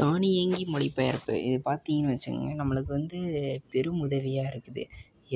தானியங்கி மொழி பெயர்ப்பு இதை பார்த்திங்கனு வச்சுக்கங்க நம்மளுக்கு வந்து பெரும் உதவியாக இருக்குது